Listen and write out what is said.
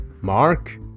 Mark